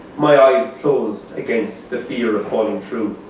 my eyes closed against the fear of falling through.